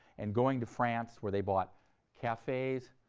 and going to france where they bought cafes,